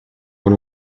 con